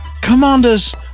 Commanders